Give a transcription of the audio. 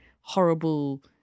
horrible